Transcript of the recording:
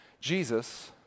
Jesus